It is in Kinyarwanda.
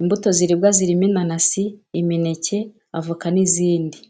Imbuto ziribwa zirimo: inanasi, imineke, avoka n'izindi.